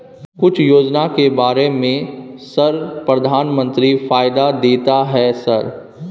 कुछ योजना के बारे में सर प्रधानमंत्री फायदा देता है सर?